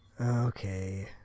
Okay